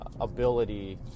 Ability